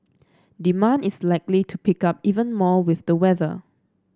demand is likely to pick up even more with the weather